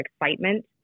excitement